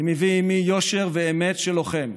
אני מביא עימי יושר ואמת של לוחם,